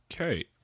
okay